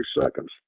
seconds